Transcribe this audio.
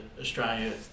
Australia